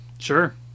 Sure